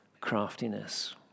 craftiness